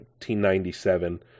1997